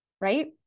Right